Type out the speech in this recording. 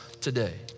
today